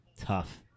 tough